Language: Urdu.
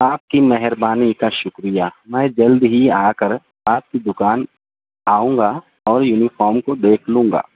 آپ کی مہربانی کا شکریہ میں جلد ہی آ کر آپ کی دوکان آؤں گا اور یونیفام کو دیکھ لوں گا